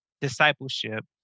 discipleship